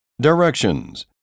Directions